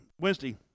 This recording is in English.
Wednesday